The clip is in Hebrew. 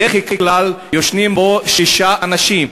בדרך כלל ישנים בו שישה אנשים,